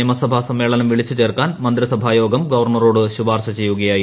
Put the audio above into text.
നിയമസഭാ സമ്മേളനം വിളിച്ചുചേർക്കാൻ മന്ത്രിസഭാ യോഗം ഗവർണറോട് ശുപാർശ ചെയ്യുകയായിരുന്നു